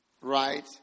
Right